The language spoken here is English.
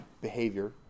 behavior